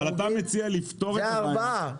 אבל אתה מציע לפתור את הבעיה,